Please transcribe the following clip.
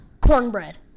cornbread